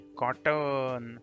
cotton